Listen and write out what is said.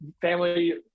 family